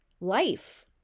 life